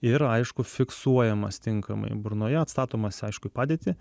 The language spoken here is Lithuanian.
ir aišku fiksuojamas tinkamai burnoje atstatomas aišku į padėtį